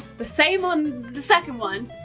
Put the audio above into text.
the same on the second one,